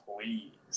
please